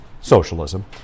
socialism